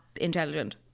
intelligent